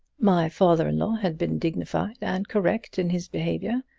my father-in-law had been dignified and correct in his behavior,